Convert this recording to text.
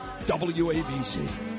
WABC